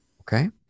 Okay